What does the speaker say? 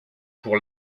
pour